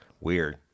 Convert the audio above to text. weird